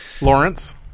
Lawrence